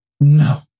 No